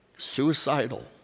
Suicidal